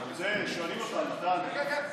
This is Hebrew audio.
כן, כן.